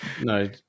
No